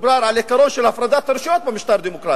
מדובר על עיקרון של הפרדת הרשויות במשטר דמוקרטי.